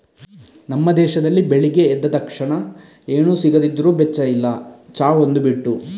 ನಮ್ಮ ದೇಶದಲ್ಲಿ ಬೆಳಿಗ್ಗೆ ಎದ್ದ ತಕ್ಷಣ ಏನು ಸಿಗದಿದ್ರೂ ಬೆಚ್ಚ ಇಲ್ಲ ಚಾ ಒಂದು ಬಿಟ್ಟು